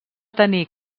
tenir